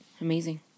amazing